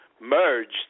merged